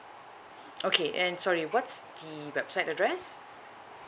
okay and sorry what's the website address